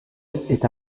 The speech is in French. est